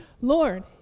Lord